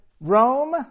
Rome